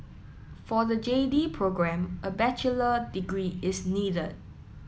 for the J D programme a bachelor degree is needed